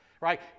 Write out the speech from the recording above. right